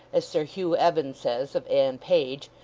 as sir hugh evans says of anne page,